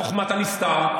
חוכמת הנסתר.